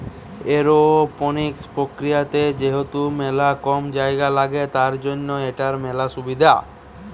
aeroponics প্রক্রিয়াতে যেহেতু মেলা কম জায়গা লাগে, তার জন্য এটার মেলা সুবিধা